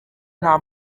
nta